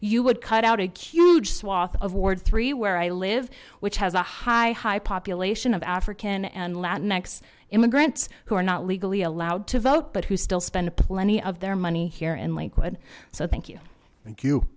you would cut out a q j swath of ward three where i live which has a high high population of african and latin next immigrants who are not legally allowed to vote but who still spend plenty of their money here in lakewood so thank you thank you